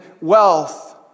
wealth